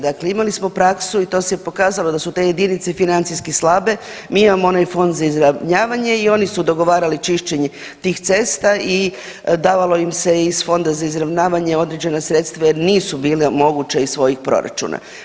Dakle, imali smo praksu i to se pokazalo da su te jedinice financijski slabe, mi imamo onaj fond za izravnavanje i oni su dogovarali čišćenje tih cesta i davalo im se iz fonda za izravnavanje određena sredstva jer nisu bila moguća iz svojih proračuna.